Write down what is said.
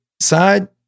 side